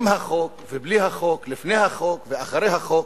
עם החוק ובלי החוק, לפני החוק ואחרי החוק,